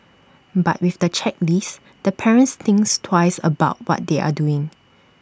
but with the checklist the parents think twice about what they are doing